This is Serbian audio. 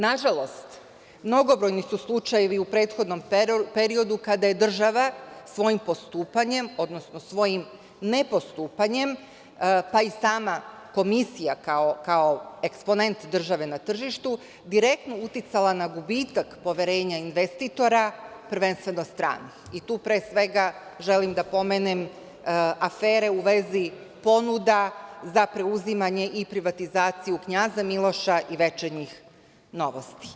Nažalost, mnogobrojni su slučajevi u prethodnom periodu kada je država svojim postupanjem, odnosno svojim nepostupanjem, pa i sama Komisija kao eksponent države na tržištu, direktno uticala na gubitak poverenja investitora prvenstveno stranih, i tu pre svega želim da pomenem afere u vezi ponuda za preuzimanje i privatizaciju „Knjaza Miloša“ i „Večernjih Novosti“